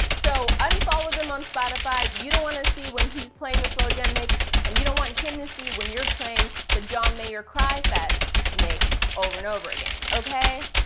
so unfollow them on spotify. you don't want to see when he's playing the slow jam mix, and you don't want him to see when you're playing the john mayer cry fest mix over and over again, okay?